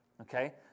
okay